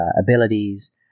abilities